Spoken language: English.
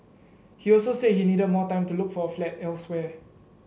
he also said he needed more time to look for a flat elsewhere